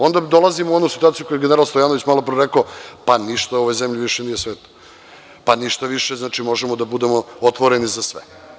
Onda dolazimo u onu situaciju za koju je Stojanović malopre rekao – pa ništa u ovoj zemlji više nije sveto, znači možemo da budemo otvoreni za sve.